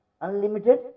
Unlimited